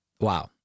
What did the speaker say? Wow